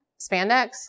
spandex